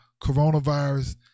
coronavirus